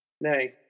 Nay